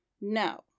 No